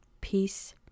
peace